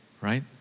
right